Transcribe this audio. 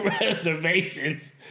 reservations